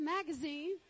Magazine